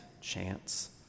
chance